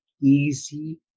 easy